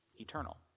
eternal